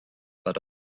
but